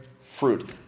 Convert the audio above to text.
fruit